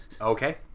Okay